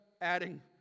adding